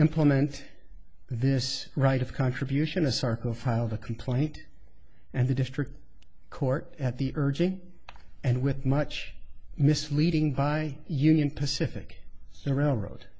implement this right of contribution asarco filed a complaint and the district court at the urging and with much misleading by union pacific railroad